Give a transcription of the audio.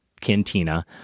cantina